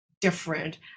different